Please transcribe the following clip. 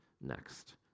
next